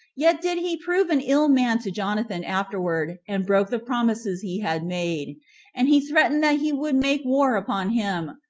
yet did he prove an ill man to jonathan afterward, and broke the promises he had made and he threatened that he would make war upon him,